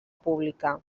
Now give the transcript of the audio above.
pública